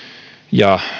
ja